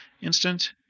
instant